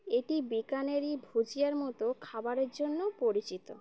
এটি বেকানেরি ভুজিয়ার মতো খাবারের জন্য পরিচিত